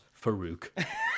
Farouk